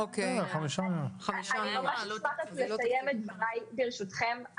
אשמח לסיים את דבריי, ברשותכם.